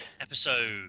episode